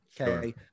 okay